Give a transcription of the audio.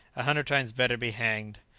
a hundred times better be hanged!